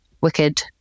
Wicked